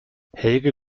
helge